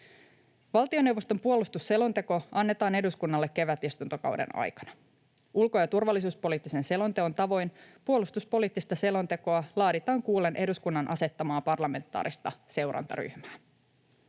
Valtioneuvoston puolustusselonteko annetaan eduskunnalle kevätistuntokauden aikana. Ulko‑ ja turvallisuuspoliittisen selonteon tavoin puolustuspoliittista selontekoa laaditaan kuullen eduskunnan asettamaa parlamentaarista seurantaryhmää.